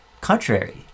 contrary